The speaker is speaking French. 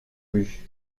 lus